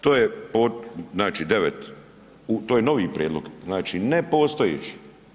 To je znači 9, to je novi prijedlog znači nepostojeći.